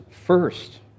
first